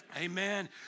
Amen